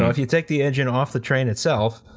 if you take the engine off the train itself,